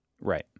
Right